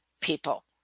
people